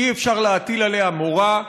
אי-אפשר להטיל עליה מורא.